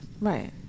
Right